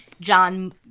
John